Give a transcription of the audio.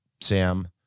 Sam